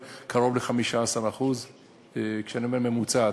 של קרוב ל-15%; ואני אומר ממוצעת,